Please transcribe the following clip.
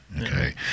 okay